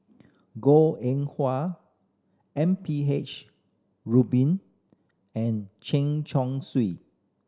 Goh Eng M P H Rubin and Chen Chong Swee